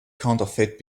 counterfeit